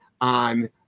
on